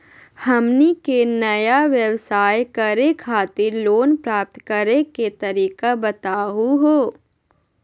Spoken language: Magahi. हमनी के नया व्यवसाय करै खातिर लोन प्राप्त करै के तरीका बताहु हो?